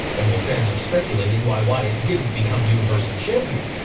and while fans are speculating why wyatt didn't become universal champion,